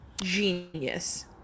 Genius